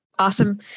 awesome